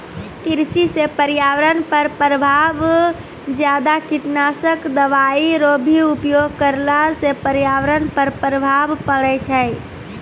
कृषि से पर्यावरण पर प्रभाव ज्यादा कीटनाशक दवाई रो भी उपयोग करला से पर्यावरण पर प्रभाव पड़ै छै